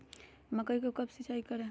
मकई को कब सिंचाई करे?